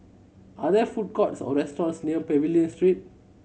are there food courts or restaurants near Pavilion Street